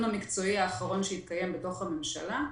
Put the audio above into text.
המקצועי האחרון שהתקיים בתוך הממשלה,